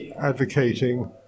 advocating